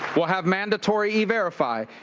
we'll have mandatory e-verify,